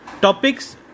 topics